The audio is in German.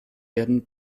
werden